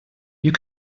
you